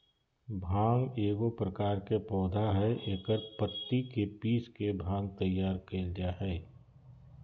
भांग एगो प्रकार के पौधा हइ एकर पत्ति के पीस के भांग तैयार कइल जा हइ